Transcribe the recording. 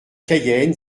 cayenne